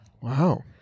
Wow